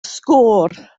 sgôr